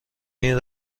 این